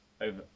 over